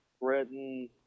Written